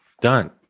Done